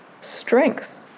strength